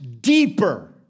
deeper